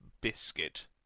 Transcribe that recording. biscuit